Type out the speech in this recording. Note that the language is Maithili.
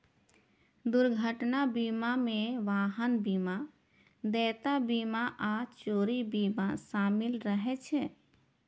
दुर्घटना बीमा मे वाहन बीमा, देयता बीमा आ चोरी बीमा शामिल रहै छै